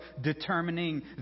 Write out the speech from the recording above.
determining